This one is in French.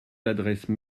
l’adresse